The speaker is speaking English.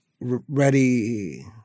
ready